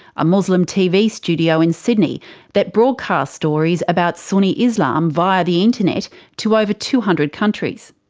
a muslim tv studio in sydney that broadcasts stories about sunni islam via the internet to over two hundred countries.